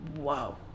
wow